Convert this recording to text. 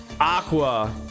Aqua